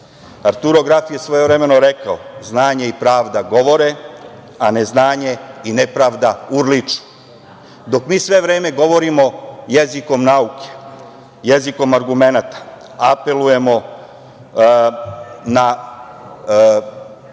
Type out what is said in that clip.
Grafi je svojevremeno rekao - znanje i pravda govore, a neznanje i nepravda urliču. Dok mi sve vreme govorimo jezikom nauke, jezikom argumenata, apelujemo na